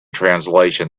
translation